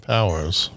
Powers